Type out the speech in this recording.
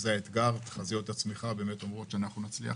תחזיות הצמיחה אומרות שאנחנו נצליח